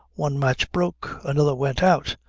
one match broke. another went out.